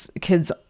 kids